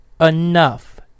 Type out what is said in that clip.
enough